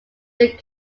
middle